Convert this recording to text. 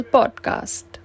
Podcast।